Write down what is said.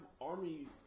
Army